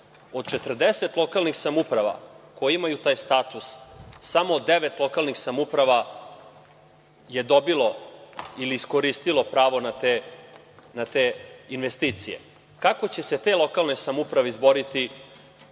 Od 40 lokalnih samouprava koje imaju taj status, samo devet lokalnih samouprava je dobilo ili iskoristilo pravo na te investicije. Kako će se te lokalne samouprave izboriti